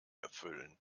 erfüllen